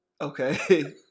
okay